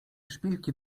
szpilki